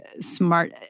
smart